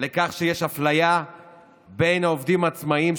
לכך שיש אפליה בין העובדים העצמאים,